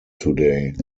today